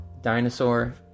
Dinosaur